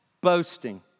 boasting